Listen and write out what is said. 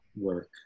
work